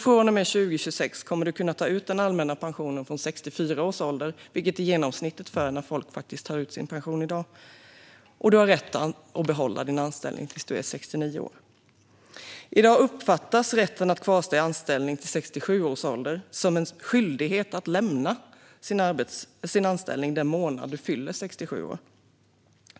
Från och med 2026 kommer du att kunna ta ut den allmänna pensionen från 64 års ålder, vilket är genomsnittet för när folk faktiskt tar ut sin pension i dag. Du har också rätt att behålla din anställning tills du är 69 år. I dag uppfattas rätten att kvarstå i anställning till 67 års ålder som en skyldighet att lämna sin anställning den månad som du fyller 67.